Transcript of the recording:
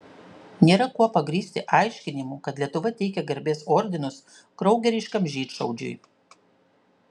nėra kuo pagrįsti aiškinimų kad lietuva teikia garbės ordinus kraugeriškam žydšaudžiui